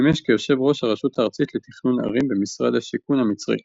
שימש כיושב ראש הרשות הארצית לתכנון ערים במשרד השיכון המצרי